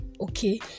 okay